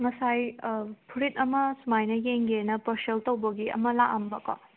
ꯉꯁꯥꯏ ꯐꯨꯔꯤꯠ ꯑꯃ ꯁꯨꯃꯥꯏꯅ ꯌꯦꯡꯒꯦꯅ ꯄꯥꯔꯁꯦꯜ ꯇꯧꯕꯒꯤ ꯑꯃ ꯂꯥꯛꯑꯝꯕꯀꯣ